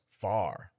Far